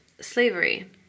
slavery